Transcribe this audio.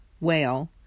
Whale